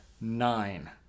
nine